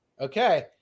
Okay